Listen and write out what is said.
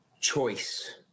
choice